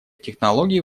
технологий